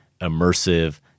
immersive